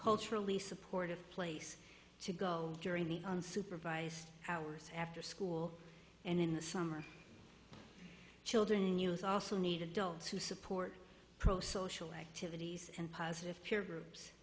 culturally supportive place to go during the unsupervised hours after school and in the summer children youth also need adults who support pro social activities and positive peer groups